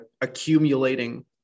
accumulating